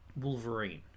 Wolverine